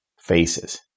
faces